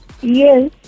Yes